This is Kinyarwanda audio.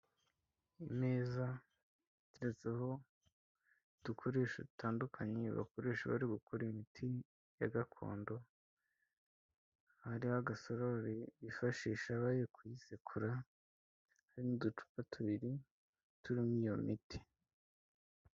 Imeza iteretseho udukoresho dutandukanye bakoresha bari gukora imiti ya gakondo, hariho agasorori bifashisha bari kuyisekura, hari n'uducupa tubiri turimo iyo miti.